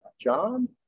John